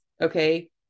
Okay